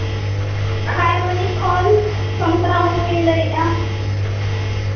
ᱠᱷᱟᱭᱟᱨᱵᱚᱱᱤ ᱠᱷᱚᱱ ᱥᱚᱱᱛᱚᱨᱟ ᱢᱩᱨᱢᱩᱧ ᱞᱟᱹᱭᱮᱫᱼᱟ